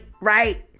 right